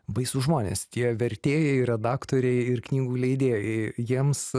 baisūs žmonės tie vertėjai redaktoriai ir knygų leidėjai jiems